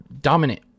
dominant